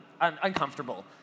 uncomfortable